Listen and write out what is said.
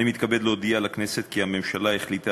אני מתכבד להודיע לכנסת כי הממשלה החליטה